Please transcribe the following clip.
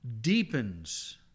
deepens